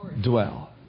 dwell